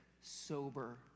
sober